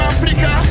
Africa